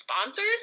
sponsors